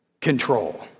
control